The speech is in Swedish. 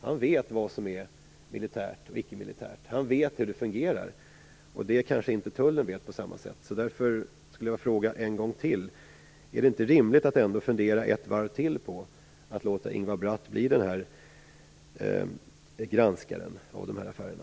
Han vet vad som är militärt och vad som är icke-militärt, han vet hur det fungerar. Det kanske inte tullen gör på samma sätt. Därför skulle jag vilja fråga en gång till: Är det inte rimligt att fundera en gång till på att låta Ingvar Bratt bli granskaren av de här affärerna?